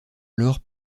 alors